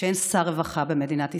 שאין שר רווחה במדינת ישראל.